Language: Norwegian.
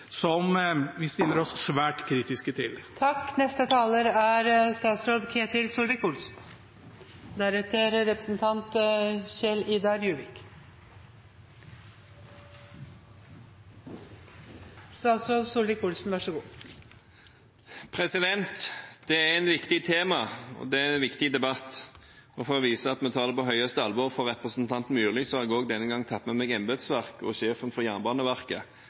som vi stiller oss svært kritisk til. Dette er et viktig tema og en viktig debatt, og for å vise representanten Myrli at vi tar det på høyeste alvor, har jeg denne gangen tatt med meg embetsverket og sjefen for Jernbaneverket,